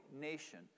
nation